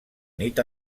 nit